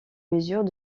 mesures